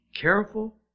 careful